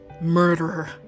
Murderer